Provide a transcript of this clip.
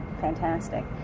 fantastic